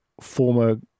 former